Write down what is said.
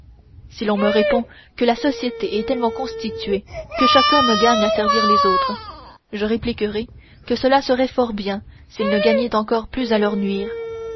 si l'on me répond que la société est tellement constituée que chaque homme gagne à servir les autres je répliquerai que cela serait fort bien s'il ne gagnait encore plus à leur nuire